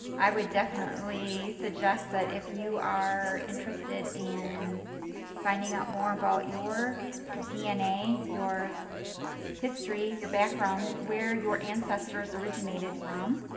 i would definitely suggest that if you are interesting in finding out more about your dna, your history, your background, where your ancestors originated from,